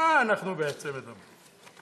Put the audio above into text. על מה אנחנו בעצם מדברים?